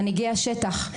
מנהיגי השטח,